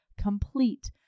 complete